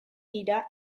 dira